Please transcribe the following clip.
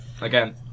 again